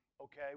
okay